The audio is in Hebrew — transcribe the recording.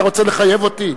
אתה רוצה לחייב אותי?